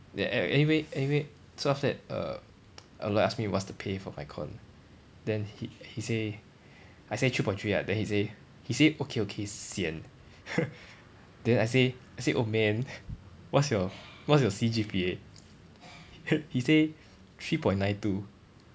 then an~ anyway anyway so after that err aloy ask me what's the pay for micron then he he say I say three point three ah then he say he say okay okay sian then I say I say oh man what's your what's your C_G_P_A he say three point nine two